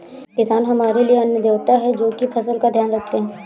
किसान हमारे लिए अन्न देवता है, जो की फसल का ध्यान रखते है